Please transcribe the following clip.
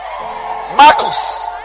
Marcus